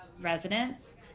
residents